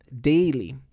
daily